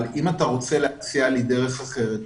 אם אתה רוצה להציע לי דרך אחרת,